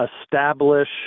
establish